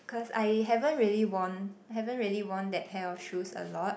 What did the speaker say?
cause I haven't really worn haven't really worn that pair of shoes a lot